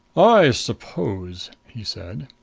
i suppose, he said,